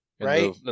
Right